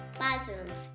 puzzles